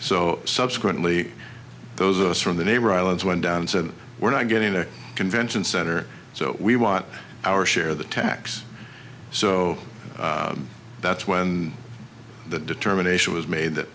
so subsequently those of us from the neighbor islands went down and said we're not getting the convention center so we want our share of the tax so that's when the determination was made that